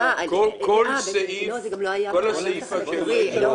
כל סעיף --- זה לא